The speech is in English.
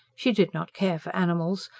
she did not care for animals,